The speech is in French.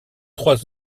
trois